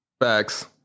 Facts